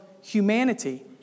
humanity